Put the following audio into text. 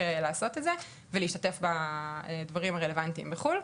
לעשות את זה ולהשתתף בדברים הרלוונטיים בחו"ל.